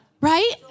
Right